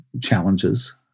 challenges